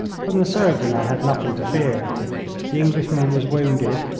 from the surgeon i had nothing to fear the englishman was wounded,